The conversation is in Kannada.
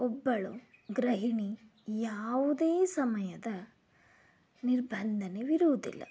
ಒಬ್ಬಳು ಗೃಹಿಣಿ ಯಾವುದೇ ಸಮಯದ ನಿರ್ಬಂಧವಿರುವುದಿಲ್ಲ